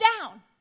down